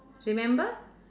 remember